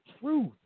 truth